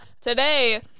today